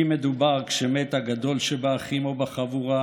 אם מת הגדול שבאחים או בחבורה